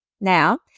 Now